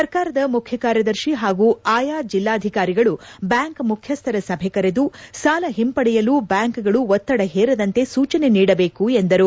ಸರ್ಕಾರದ ಮುಖ್ಯ ಕಾರ್ಯದರ್ಶಿ ಹಾಗೂ ಆಯಾ ಜಿಲ್ಲಾಧಿಕಾರಿಗಳು ಬ್ಯಾಂಕ್ ಮುಖ್ಯಸ್ಥರ ಸಭೆ ಕರೆದು ಸಾಲ ಹಿಂಪಡೆಯಲು ಬ್ಯಾಂಕುಗಳು ಒತ್ತಡ ಹೇರದಂತೆ ಸೂಚನೆ ನೀಡಬೇಕು ಎಂದರು